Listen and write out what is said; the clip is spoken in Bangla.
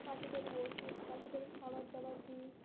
পাখিদের ওষুধ পাখিদের খাবার দাবার কী